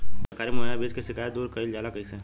सरकारी मुहैया बीज के शिकायत दूर कईल जाला कईसे?